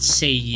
say